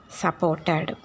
supported